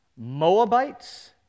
Moabites